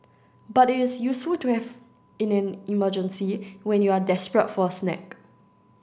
but it is useful to have in an emergency when you are desperate for a snack